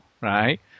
Right